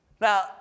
Now